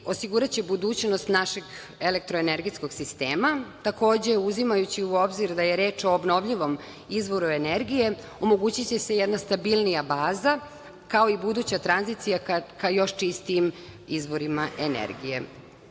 osiguraće budućnost našeg elektroenergetskog sistema, takođe uzimajući u obzir da je reč o obnovljivom izvoru energije omogućiće se jedna stabilnija baza, kao i buduća tranzicija ka još čistijim izvorima energije. Kao